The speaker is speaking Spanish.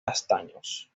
castaños